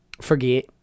Forget